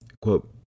Quote